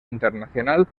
internacional